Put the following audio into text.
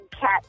cat